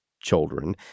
children